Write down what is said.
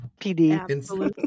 pd